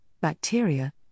bacteria